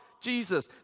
Jesus